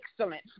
excellent